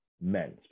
men